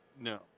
No